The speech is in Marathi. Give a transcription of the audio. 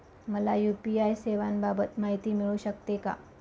मला यू.पी.आय सेवांबाबत माहिती मिळू शकते का?